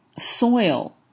soil